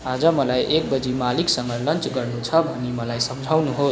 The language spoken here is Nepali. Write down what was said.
आज मलाई एक बजि मालिकसँग लन्च गर्नु छ भनी मलाई सम्झाउनुहोस्